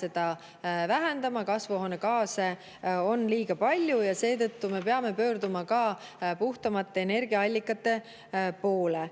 seda vähendama, kasvuhoonegaase on liiga palju ja seetõttu me peame pöörduma ka puhtamate energiaallikate poole.